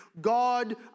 God